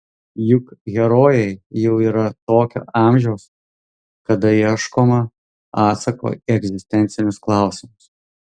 juk herojai jau yra tokio amžiaus kada ieškoma atsako į egzistencinius klausimus